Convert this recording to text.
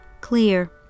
clear